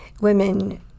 women